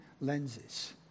lenses